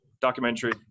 documentary